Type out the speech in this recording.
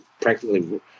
practically